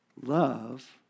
Love